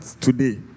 today